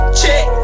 check